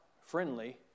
friendly